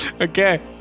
Okay